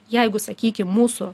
jeigu sakykim mūsų